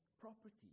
property